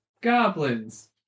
goblins